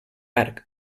arc